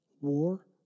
War